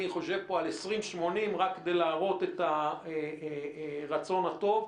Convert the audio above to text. אני חושב פה על 80/20 רק כדי להראות את הרצון הטוב.